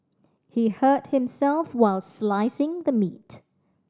he hurt himself while slicing the meat